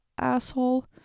asshole